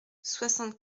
soixante